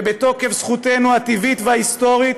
ובתוקף זכותנו הטבעית וההיסטורית,